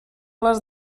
les